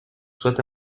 soit